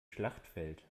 schlachtfeld